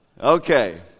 Okay